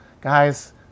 Guys